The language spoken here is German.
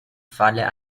falle